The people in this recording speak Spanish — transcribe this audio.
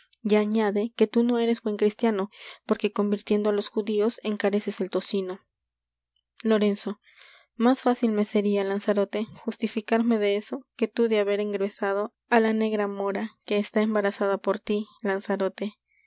y añade que tú no eres buen cristiano porque convirtiendo á los judíos encareces el tocino lorenzo más fácil me seria lanzarote justificarme de eso que tú de haber engruesado á la negra mora que está embarazada por tí lanzarote